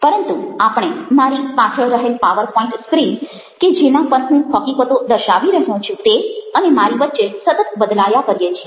પરંતુ આપણે મારી પાછળ રહેલ પાવરપોઇન્ટ સ્ક્રીન કે જેના પર હું હકીકતો દર્શાવી રહ્યો છું તે અને મારી વચ્ચે સતત બદલાયા કરીએ છીએ